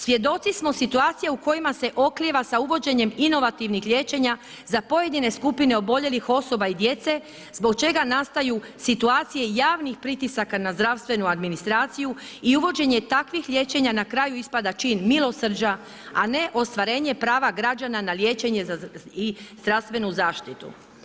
Svjedoci smo situacija u kojima se oklijeva sa uvođenjem inovativnih liječenja za pojedine skupine oboljelih osoba i djece, zbog čega nastaju situacije javnih pritisaka na zdravstvenu administraciju i uvođenje takvih liječenja na kraju ispada čin milosrđa a ne ostvarenje prava građana na liječenje i zdravstvenu zaštitu.